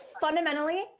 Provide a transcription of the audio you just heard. Fundamentally